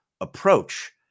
approach